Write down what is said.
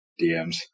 dms